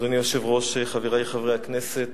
אדוני היושב-ראש, חברי חברי הכנסת,